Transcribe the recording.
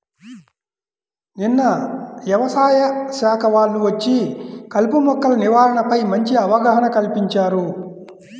నిన్న యవసాయ శాఖ వాళ్ళు వచ్చి కలుపు మొక్కల నివారణపై మంచి అవగాహన కల్పించారు